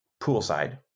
poolside